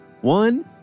One